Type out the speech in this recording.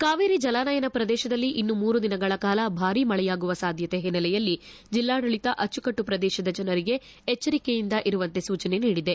ಕಾವೇರಿ ಜಲಾನಯನ ಪ್ರದೇಶದಲ್ಲಿ ಇನ್ನೂ ಮೂರು ದಿನಗಳ ಕಾಲ ಬಾರೀ ಮಳೆಯಾಗುವ ಸಾಧ್ಯತೆ ಹಿನ್ನಲೆಯಲ್ಲಿ ಜಿಲ್ಲಾಡಳಿತ ಅಚ್ಚುಕಟ್ಟು ಪ್ರದೇಶದ ಜನರಿಗೆ ಎಚರಿಕೆಯಿಂದಿರುವಂತೆ ಸೂಚನೆ ನೀಡಿದೆ